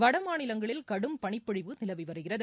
வடமாநிலங்களில் கடும் பனிபொழிவு நிலவி வருகிறது